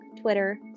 Twitter